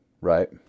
Right